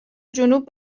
جنوب